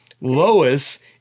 Lois